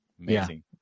Amazing